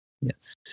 Yes